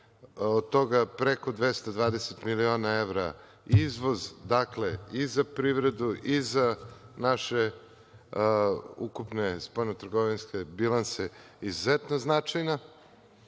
od toga preko 220 miliona evra, izvoz. Dakle, i za privredu i za naše ukupne spoljno-trgovinske bilanse izuzetno značajna.